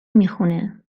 میخونه